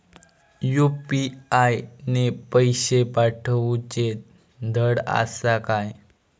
UPI ने पैशे पाठवूचे धड आसा काय?